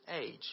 age